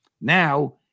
Now